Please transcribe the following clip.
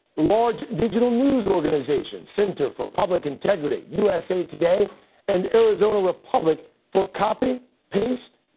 large digital news organizations center for public integrity, usa today and arizona republic for copy, paste,